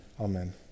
Amen